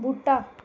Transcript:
बूह्टा